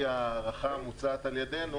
הארכה המוצעת על ידינו,